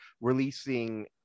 releasing